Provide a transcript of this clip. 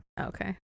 okay